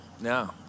no